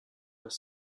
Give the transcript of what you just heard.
was